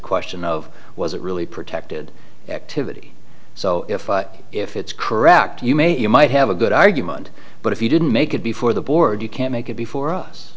question of was it really protected activity so if if it's correct you may you might have a good argument but if you didn't make it before the board you can't make it before us